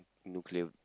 nuclear